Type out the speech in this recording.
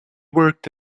worked